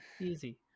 Easy